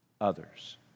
others